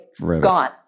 gone